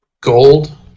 Gold